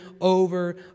over